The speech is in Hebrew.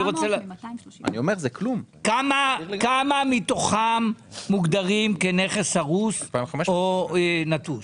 כמה מתוכם מוגדרים כנכס הרוס או נטוש?